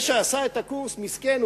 זה שעשה את הקורס מסכן,